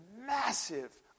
massive